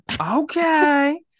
Okay